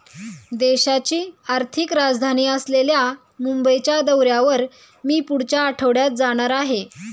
देशाची आर्थिक राजधानी असलेल्या मुंबईच्या दौऱ्यावर मी पुढच्या आठवड्यात जाणार आहे